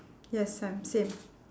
yes I'm same